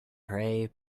pray